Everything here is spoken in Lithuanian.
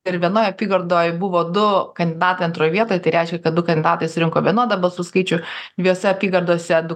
ir vienoj apygardoj buvo du kandidatai antroj vietoj tai reiškia kad du kandidatai surinko vienodą balsų skaičių dviejose apygardose du